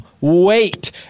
wait